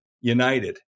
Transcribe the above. United